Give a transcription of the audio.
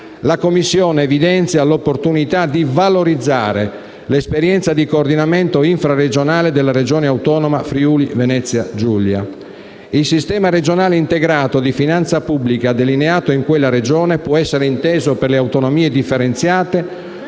la Commissione evidenzia l'opportunità di valorizzare l'esperienza di coordinamento infraregionale della Regione autonoma Friuli-Venezia Giulia. Il sistema regionale integrato di finanza pubblica delineato in quella Regione può essere inteso per le autonomie differenziate